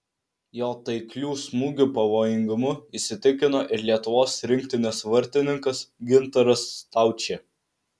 jo taiklių smūgių pavojingumu įsitikino ir lietuvos rinktinės vartininkas gintaras staučė